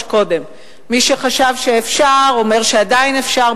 קודם: מי שחשב שאפשר אומר שעדיין אפשר,